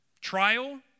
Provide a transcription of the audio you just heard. trial